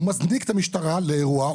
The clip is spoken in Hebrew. הוא מזניק את המשטרה לאירוע,